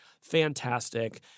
fantastic